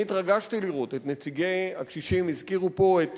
אני התרגשתי לראות את נציגי הקשישים, הזכירו פה את